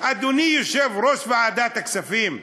אדוני יושב-ראש ועדת הכספים,